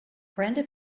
brenda